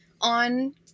on